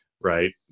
right